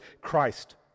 christ